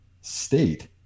state